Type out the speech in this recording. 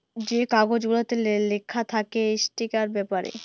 যে কাগজ গুলাতে লিখা থ্যাকে ইস্টকের ব্যাপারে